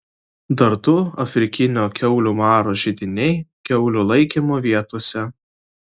dar du afrikinio kiaulių maro židiniai kiaulių laikymo vietose